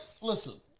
listen